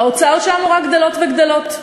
ההוצאות שלנו רק גדלות וגדלות.